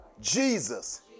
Jesus